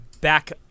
Back